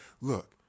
look